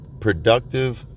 productive